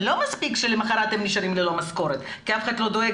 לא מספיק שלמחרת הם נשארים ללא משכורת כי אף אחד לא דואג